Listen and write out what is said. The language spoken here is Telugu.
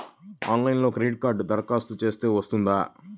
ఆన్లైన్లో క్రెడిట్ కార్డ్కి దరఖాస్తు చేస్తే వస్తుందా?